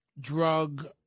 drug